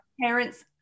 parents